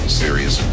serious